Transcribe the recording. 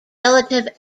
relative